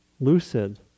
lucid